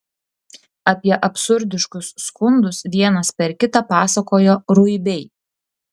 apie absurdiškus skundus vienas per kitą pasakojo ruibiai